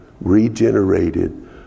regenerated